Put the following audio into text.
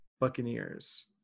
Buccaneers